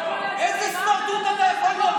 איזה סמרטוט אתה יכול להיות?